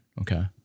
Okay